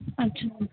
अच्छा